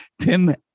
Tim